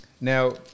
now